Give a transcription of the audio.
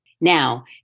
Now